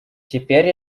теперь